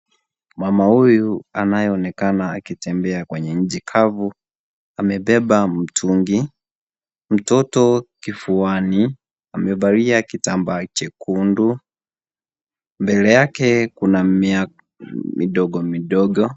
Mama huyu anayeonekana akitembea kwenye nchi kavu amebeba mtungi. Mtoto kifuani amevalia kitambaa chekundu. Mbele yake kuna mimea midogo midogo.